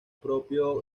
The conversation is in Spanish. propio